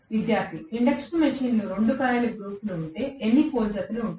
విద్యార్థి ఇండక్షన్ మెషీన్లో 2 కాయిల్ గ్రూపులు ఉంటే ఎన్ని పోల్ జతలు ఉన్నాయి